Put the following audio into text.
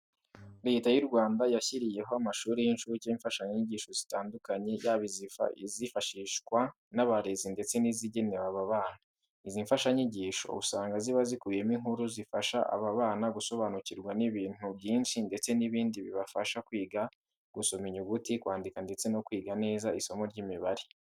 Leta y'u Rwanda yashyiriyeho amashuri y'incuke imfashanyigisho zitandukanye, yaba izifashishwa n'abarezi ndeste n'izigenewe aba bana. Izi mfashanyigisho usanga ziba zikubiyemo inkuru zifasha aba bana gusobanukirwa n'ibintu byinshi ndetse n'ibindi bibafasha kwiga gusoma inyuguti, kwandika ndetse no kwiga neza isomo ry'Imibare.